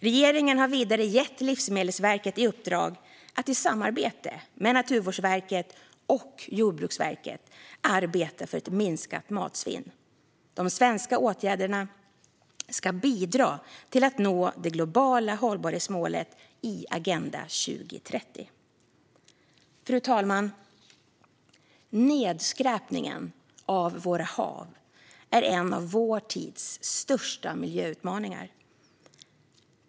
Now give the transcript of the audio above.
Regeringen har vidare gett Livsmedelsverket i uppdrag att i samarbete med Naturvårdsverket och Jordbruksverket arbeta för ett minskat matsvinn. De svenska åtgärderna ska bidra till att nå det globala hållbarhetsmålet i Agenda 2030. Fru talman! Nedskräpningen av våra hav är en av vår tids största miljöutmaningar.